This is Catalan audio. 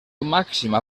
màxima